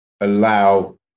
allow